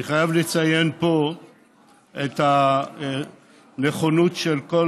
אני חייב לציין פה את הנכונות של כל